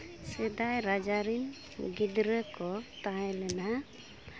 ᱥᱮᱫᱟᱭ ᱨᱟᱡᱽ ᱨᱮᱱ ᱜᱤᱫᱽᱨᱟᱹ ᱠᱚ ᱛᱟᱦᱮᱸ ᱞᱮᱱᱟ